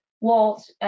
Walt